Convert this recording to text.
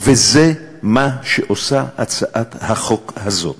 וזה מה שעושה הצעת החוק הזאת.